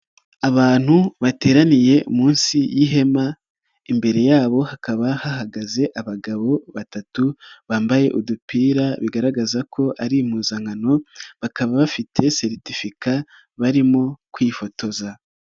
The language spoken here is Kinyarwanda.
Abantu bateraniye munsi y'ihema, imbere yabo hakaba hahagaze abagabo batatu bambaye udupira bigaragaza ko ari impuzankano, bakaba bafite seretifica barimo kwifotoza.